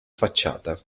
facciata